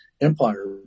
empire